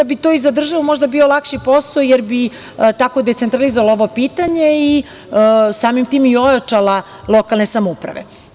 To bi i za državu možda bio lakši posao jer bi tako decentralizovala ovo pitanje i samim tim i ojačala lokalne samouprave.